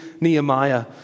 Nehemiah